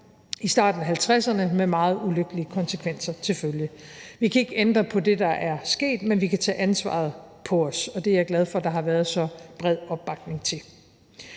i starten af 1950'erne med meget ulykkelige konsekvenser til følge. Vi kan ikke ændre på det, der er sket, men vi kan tage ansvaret på os, og det er jeg glad for der har været så bred opbakning til.